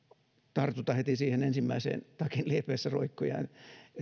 tartuta heti siihen ensimmäisen takinliepeessä roikkujaan